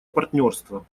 партнерство